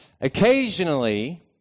Occasionally